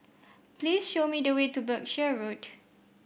please show me the way to Berkshire Road